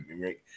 right